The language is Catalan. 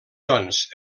doncs